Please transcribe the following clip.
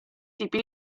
tipi